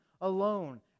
alone